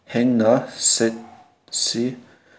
ꯍꯦꯡꯅ ꯁꯤꯠꯁꯤ